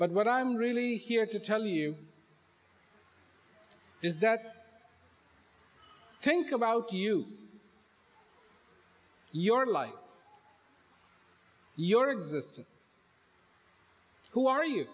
but what i'm really here to tell you is that think about you your life your existence who are you